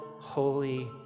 Holy